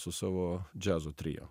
su savo džiazo trio